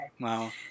Wow